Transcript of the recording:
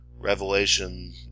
revelation